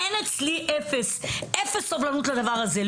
אפס סובלנות לדבר הזה.